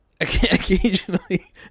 Occasionally